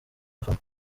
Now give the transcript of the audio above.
bafana